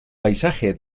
paisaje